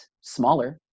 smaller